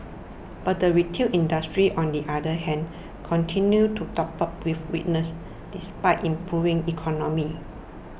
but the retail industry on the other hand continues to grapple with weakness despite improving economy